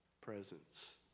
presence